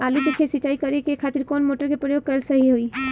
आलू के खेत सिंचाई करे के खातिर कौन मोटर के प्रयोग कएल सही होई?